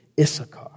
Issachar